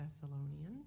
Thessalonians